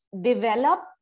develop